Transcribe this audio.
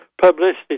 publicity